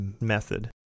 method